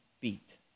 beat